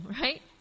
right